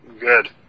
Good